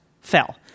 Fell